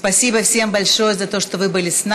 (אומרת דברים בשפה הרוסית.)